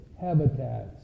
habitats